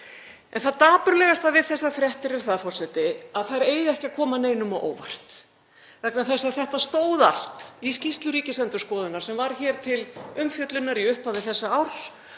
En það dapurlegasta við þessar fréttir er það, forseti, að þær eiga ekki að koma neinum á óvart vegna þess að þetta stóð allt í skýrslu Ríkisendurskoðunar sem var hér til umfjöllunar í upphafi þessa árs